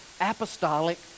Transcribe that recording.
apostolic